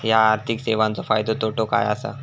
हया आर्थिक सेवेंचो फायदो तोटो काय आसा?